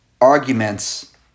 arguments